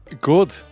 Good